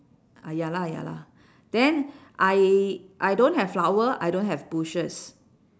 ah ya lah ya lah then I I don't have flower I don't have bushes